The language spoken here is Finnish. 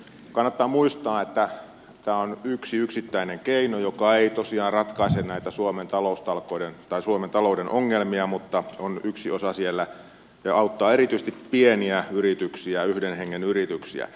kannattaa muistaa että tämä on yksi yksittäinen keino joka ei tosiaan ratkaise näitä suomen talouden ongelmia mutta on yksi osa siellä ja auttaa erityisesti pieniä yrityksiä yhden hengen yrityksiä